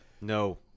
No